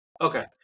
Okay